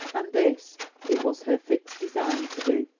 and this it was her fixed design to do.